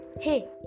Hey